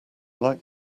like